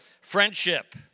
friendship